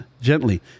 gently